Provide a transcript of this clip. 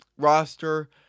roster